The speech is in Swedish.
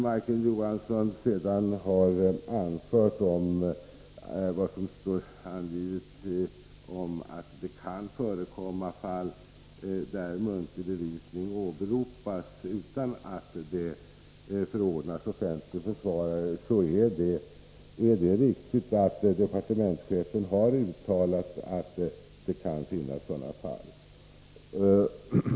Majken Johansson berörde vad som står angivet om att det kan förekomma fall där muntlig bevisning åberopas utan att det förordnats offentlig försvarare. Det är riktigt att departementschefen har uttalat att sådana fall kan förekomma.